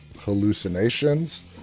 hallucinations